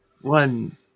one